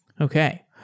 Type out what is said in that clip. Okay